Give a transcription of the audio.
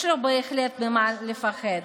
יש לו, בהחלט, ממה לפחד.